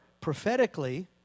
prophetically